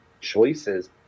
choices